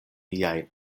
miajn